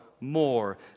more